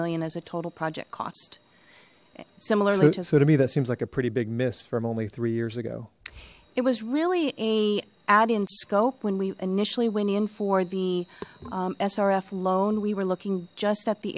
million as a total project cost similarly so to me that seems like a pretty big miss from only three years ago it was really a ad in scope when we initially went in for the srf loan we were looking just at the